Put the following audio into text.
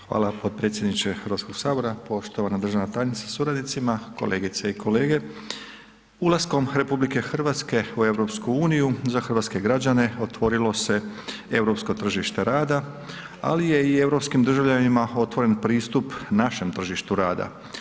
Hvala potpredsjedniče HS, poštovana državna tajnica sa suradnicima, kolegice i kolege, ulaskom RH u EU za hrvatske građane otvorilo se europsko tržište rada, ali je i europskim državljanima otvoren pristup našem tržištu rada.